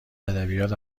ادبیات